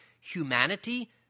humanity